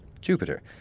Jupiter